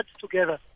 together